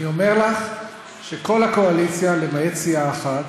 אני אומר לך שכל הקואליציה, למעט סיעה אחת,